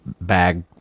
bag